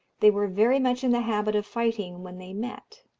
they were very much in the habit of fighting when they met.